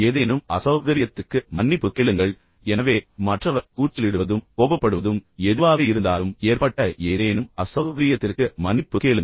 ஏதேனும் அசௌகரியத்திற்கு மன்னிப்பு கேளுங்கள் எனவே மற்றவர் கூச்சலிடுவதும் கோபப்படுவதும் எதுவாக இருந்தாலும் ஏற்பட்ட ஏதேனும் அசௌகரியத்திற்கு மன்னிப்பு கேளுங்கள்